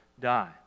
die